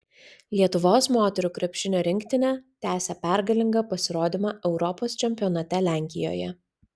lietuvos moterų krepšinio rinktinė tęsia pergalingą pasirodymą europos čempionate lenkijoje